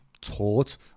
taught